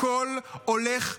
הכול הולך להיגמר,